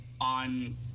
on